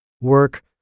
work